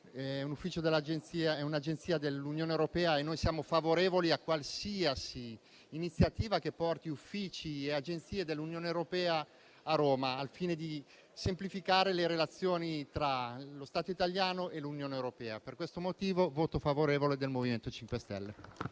è un'agenzia dell'Unione europea, e noi siamo favorevoli a qualsiasi iniziativa che porti uffici e agenzie dell'Unione europea a Roma, al fine di semplificare le relazioni tra lo Stato italiano e l'Unione europea. Per questo motivo, annuncio il voto favorevole del MoVimento 5 Stelle